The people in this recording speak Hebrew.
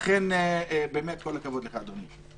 לכן כל הכבוד לך, אדוני.